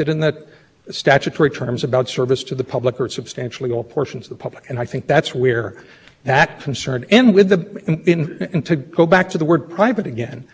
purpose in any way undermine mr chryslers contention as to the purpose well i guess if mr kaiser is simply saying well they couldn't had have had this in mind